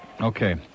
Okay